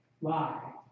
lie